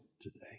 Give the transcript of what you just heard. today